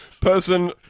person